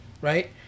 right